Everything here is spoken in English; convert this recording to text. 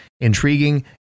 intriguing